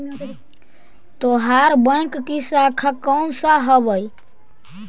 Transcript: तोहार बैंक की शाखा कौन सा हवअ